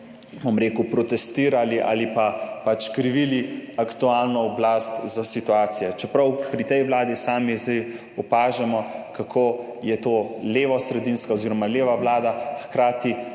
bom rekel, protestirali ali pa krivili aktualno oblast za situacije. Čeprav pri tej vladi sami zdaj opažamo, kako je to levosredinska oziroma leva vlada, hkrati